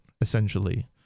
essentially